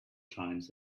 times